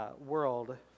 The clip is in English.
World